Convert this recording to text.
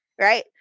right